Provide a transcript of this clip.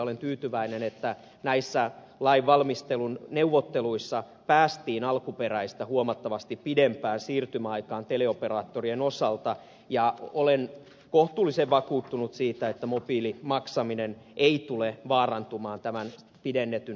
olen tyytyväinen että näissä lain valmistelun neuvotteluissa päästiin alkuperäistä huomattavasti pidempään siirtymäaikaan teleoperaattorien osalta ja olen kohtuullisen vakuuttunut siitä että mobiilimaksaminen ei tule vaarantumaan tämän pidennetyn siirtymäajankaan myötä